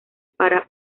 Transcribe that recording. para